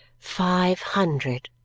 five hundred,